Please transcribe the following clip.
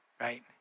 right